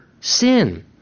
sin